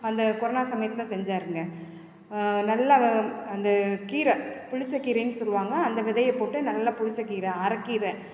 அந்த கொரோனா சமயத்தில் செஞ்சாருங்க நல்லா அந்தக் கீரை புளிச்ச கீரைன்னு சொல்லுவாங்க அந்த விதையை போட்டு நல்லா புளிச்சக்கீரை அரைக்கீர